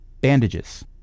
bandages